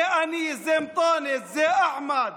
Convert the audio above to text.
זה אני, זה אנטאנס, זה אחמד,